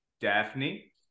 Daphne